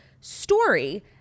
story